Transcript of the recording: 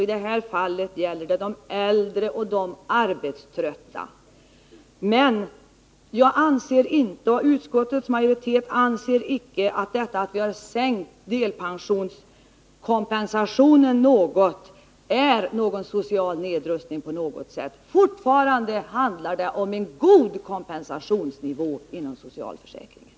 I det här fallet gäller det de äldre och de arbetströtta. Men jag anser inte, och utskottets majoritet anser inte, att det förhållandet att vi har sänkt kompensationsnivån inom delpensioneringen innebär en social nedrustning på något sätt. Fortfarande handlar det om en god kompensationsnivå inom socialförsäkringen.